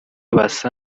basa